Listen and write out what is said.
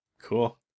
cool